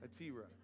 Atira